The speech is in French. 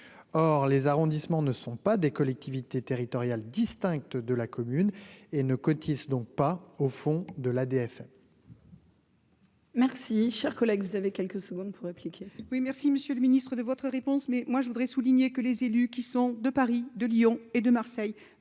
or les arrondissements ne sont pas des collectivités territoriales, distinctes de la commune et ne cotisent donc pas au fond de l'ADF.